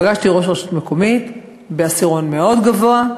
פגשתי ראש רשות מקומית בעשירון גבוה מאוד,